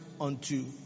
unto